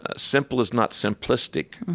ah simple is not simplistic.